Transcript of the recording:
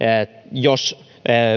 jos